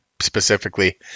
specifically